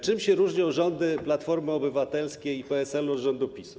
Czym się różnią rządy Platformy Obywatelskiej i PSL-u od rządów PiS-u?